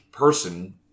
person